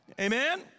Amen